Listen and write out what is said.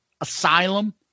Asylum